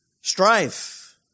Strife